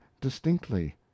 distinctly